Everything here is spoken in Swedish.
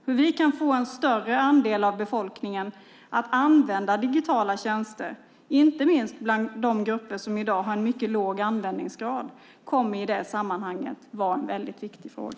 Hur vi kan få en större andel av befolkningen att använda digitala tjänster, inte minst bland de grupper som i dag har en mycket låg användningsgrad, kommer i det sammanhanget att vara en väldigt viktig fråga.